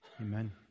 Amen